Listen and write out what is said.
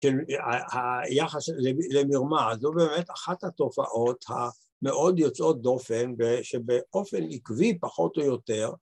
של היחס למרמה זו באמת אחת התופעות המאוד יוצאות דופן שבאופן עקבי פחות או יותר